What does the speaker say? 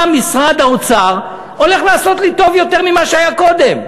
מה משרד האוצר הולך לעשות לי טוב יותר ממה שהיה קודם,